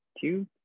two